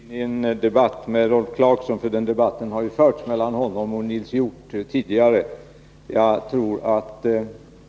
Fru talman! Jag antar att kammaren håller mig räkning för om jag inte går in i en debatt med Rolf Clarkson — den debatten har ju redan förts mellan honom och Nils Hjorth.